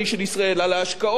על ההשקעות בארץ,